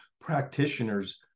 practitioners